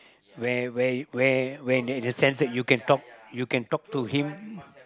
where where you where where there is a sense you can talk you can talk to him